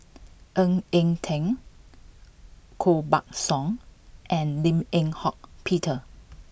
Ng Eng Teng Koh Buck Song and Lim Eng Hock Peter